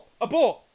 Abort